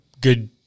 good